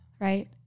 right